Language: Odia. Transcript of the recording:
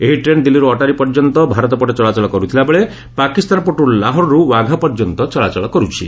ଏହି ଟ୍ରେନ୍ ଦିଲ୍ଲୀରୁ ଅଟ୍ଟାରି ପର୍ଯ୍ୟନ୍ତ ଭାରତ ପଟେ ଚଳାଚଳ କରୁଥିଲାବେଳେ ପାକିସ୍ତାନ ପଟୁ ଲାହୋର୍ରୁ ୱାଘା ପର୍ଯ୍ୟନ୍ତ ଚଳାଚଳ କରୁଛି